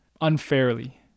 unfairly